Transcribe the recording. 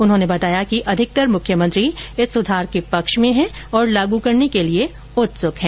उन्होंने बताया कि अधिकतर मुख्यमंत्री इस सुधार के पक्ष में हैं और लागू करने के लिए उत्सुक हैं